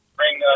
bring